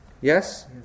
yes